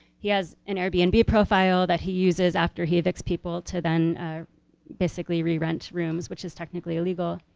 he has an airbnb profile, that he uses after he evicts people, to then basically re-rent rooms which is technically illegal.